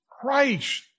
Christ